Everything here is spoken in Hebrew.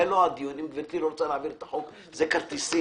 אם גברתי לא רוצה להעביר את החוק אנחנו עוסקים בכרטיסים,